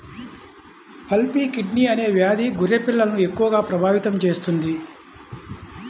pulpy kidney అనే వ్యాధి గొర్రె పిల్లలను ఎక్కువగా ప్రభావితం చేస్తుంది